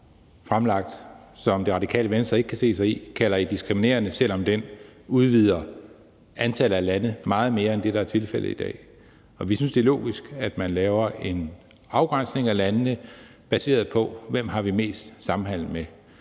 fremlagt, som Radikale Venstre ikke kan se sig i, kalder I diskriminerende, selv om den udvider antallet af lande meget mere end det, der er tilfældet i dag. Vi synes, det er logisk, at man laver en afgrænsning af landene baseret på, hvem vi har mest samhandel med.